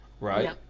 right